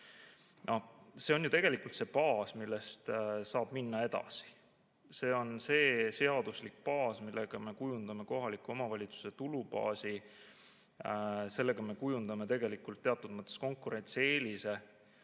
See on ju tegelikult baas, millelt saab minna edasi. See on see seaduslik baas, millega me kujundame kohaliku omavalitsuse tulubaasi. Sellega me kujundame tegelikult teatud mõttes konkurentsieelise.